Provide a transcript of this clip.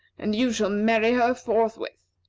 and you shall marry her forthwith.